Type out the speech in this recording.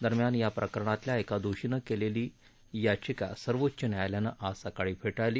दरम्यान याप्रकरणातल्या एका दोषीनं केलेली याचिका सर्वोच्च न्यायालयानं आज सकाळी फेटाळली